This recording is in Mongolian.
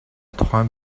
тухайн